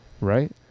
right